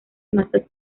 masas